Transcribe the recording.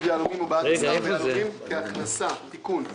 יהלומים או בעד מסחר ביהלומים כהכנסה) (תיקון),